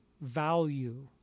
value